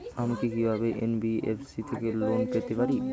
আমি কি কিভাবে এন.বি.এফ.সি থেকে লোন পেতে পারি?